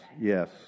yes